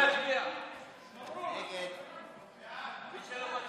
חוק שירותי תעופה (פיצוי וסיוע בשל ביטול